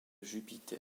jupiter